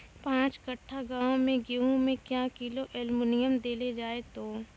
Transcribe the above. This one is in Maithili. पाँच कट्ठा गांव मे गेहूँ मे क्या किलो एल्मुनियम देले जाय तो?